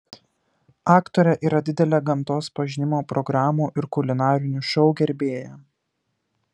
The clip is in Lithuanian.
aktorė yra didelė gamtos pažinimo programų ir kulinarinių šou gerbėja